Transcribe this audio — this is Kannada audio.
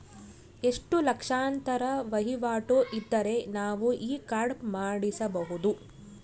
ಎಷ್ಟು ಲಕ್ಷಾಂತರ ವಹಿವಾಟು ಇದ್ದರೆ ನಾವು ಈ ಕಾರ್ಡ್ ಮಾಡಿಸಬಹುದು?